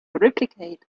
replicate